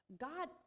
God